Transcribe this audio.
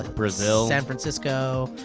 brazil. san francisco,